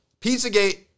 Pizzagate